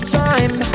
time